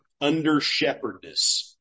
under-shepherdness